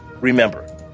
Remember